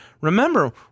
Remember